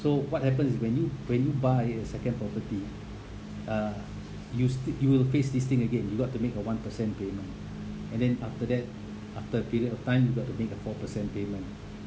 so what happen is when you when you buy a second property uh you st~ you will face this thing again you got to make a one percent payment and then after that after a period of time you got to make the four percent payment